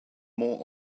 more